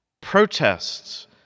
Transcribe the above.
protests